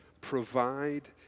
Provide